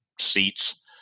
seats